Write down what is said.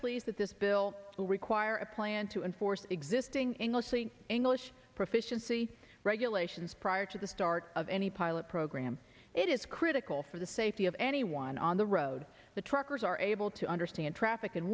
pleased that this bill will require a plan to enforce existing english english proficiency regulations prior to the start of any pilot program it is critical for the safety of anyone on the road the truckers are able to understand traffic and